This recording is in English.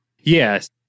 Yes